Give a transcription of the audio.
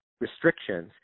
restrictions